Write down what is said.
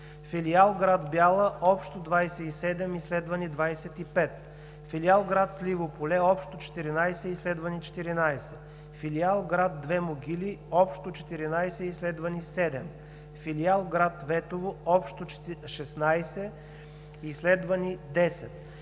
филиал град Бяла – общо 27, изследвани 25; филиал град Сливо поле – общо 14, изследвани 14; филиал град Две могили – общо 14, изследвани 7; филиал град Ветово – общо 16, изследвани 10,